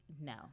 no